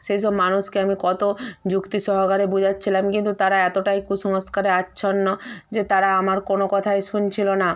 সেই সব মানুষকে আমি কত যুক্তি সহকারে বুযাচ্ছিলাম কিন্তু তারা এতটাই কুসংস্কারে আচ্ছন্ন যে তারা আমার কোনো কথাই শুনছিলো না